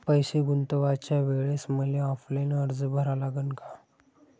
पैसे गुंतवाच्या वेळेसं मले ऑफलाईन अर्ज भरा लागन का?